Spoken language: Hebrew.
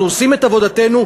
אנחנו עושים את עבודתנו,